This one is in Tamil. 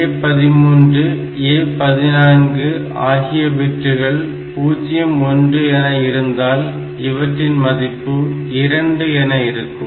A13 A14 ஆகிய பிட்டுகள் 0 1 என இருந்தால் இவற்றின் மதிப்பு 2 என இருக்கும்